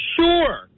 Sure